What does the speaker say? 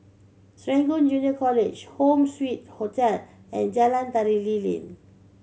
Serangoon Junior College Home Suite Hotel and Jalan Tari Lilin